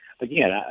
again